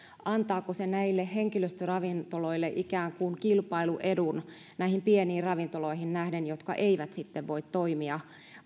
antaako se näille henkilöstöravintoloille ikään kuin kilpailuedun pieniin ravintoloihin nähden jotka eivät sitten voi toimia